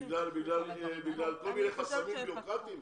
בגלל כל מיני חסמים בירוקרטיים?